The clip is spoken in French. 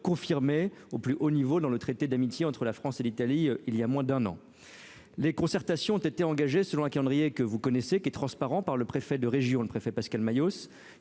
confirmé au plus haut niveau dans le traité d'amitié entre la France et l'Italie, il y a moins d'un an, les concertations ont été engagés, selon un calendrier que vous connaissez, qui est transparent par le préfet de région, le préfet Pascal maillot